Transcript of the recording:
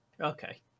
Okay